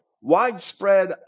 widespread